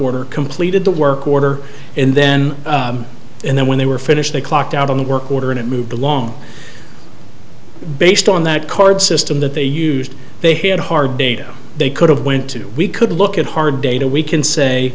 order completed the work order and then and then when they were finished they clocked out on the work order and it moved along based on that card system that they used they hit hard data they could have went to we could look at hard data we can say